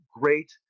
great